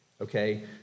Okay